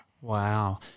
Wow